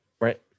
Right